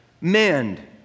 mend